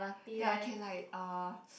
that I can like uh